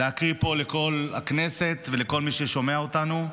להקריא פה לכל הכנסת ולכל מי ששומע אותנו.